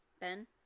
ben